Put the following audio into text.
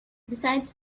besides